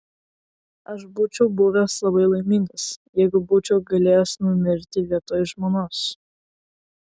aš būčiau buvęs labai laimingas jeigu būčiau galėjęs numirti vietoj žmonos